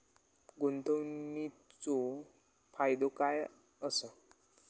गुंतवणीचो फायदो काय असा?